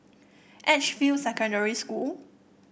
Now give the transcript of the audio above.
Edgefield Secondary School